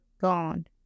gone